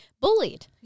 bullied